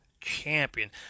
Champion